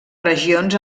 regions